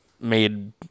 made